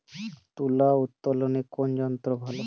তুলা উত্তোলনে কোন যন্ত্র ভালো?